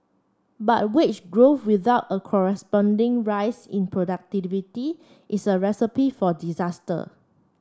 but wage growth without a corresponding rise in productivity is a recipe for disaster